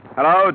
Hello